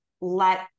let